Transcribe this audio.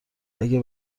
اگه